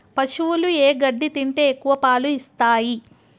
పశువులు ఏ గడ్డి తింటే ఎక్కువ పాలు ఇస్తాయి?